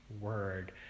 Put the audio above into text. word